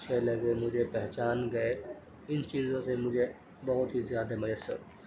اچھے لگے مجھے پہچان گئے ان چیزوں سے مجھے بہت ہی زیادہ میسر